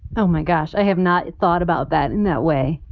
oh, my gosh. i have not thought about that in that way.